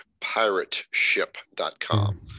pirateship.com